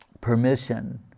permission